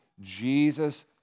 Jesus